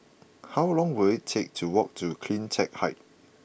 how long will it take to walk to Cleantech Height